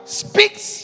speaks